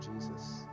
Jesus